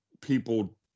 people